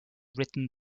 written